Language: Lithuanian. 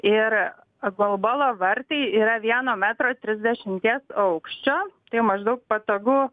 ir golbalo vartai yra vieno metro trisdešimties aukščio tai maždaug patogu